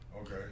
Okay